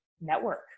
network